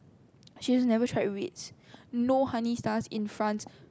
she has never tried wheats no honey star in front